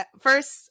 first